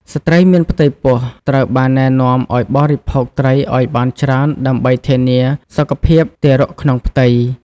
ស្ត្រីមានផ្ទៃពោះ ត្រូវបានណែនាំឱ្យបរិភោគត្រីឱ្យបានច្រើនដើម្បីធានាសុខភាពទារកក្នុងផ្ទៃ។